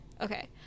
Okay